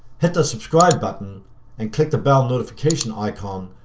hit the subscribe button and click the bell notification icon,